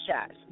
shots